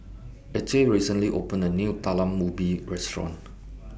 Acey recently opened A New Talam Ubi Restaurant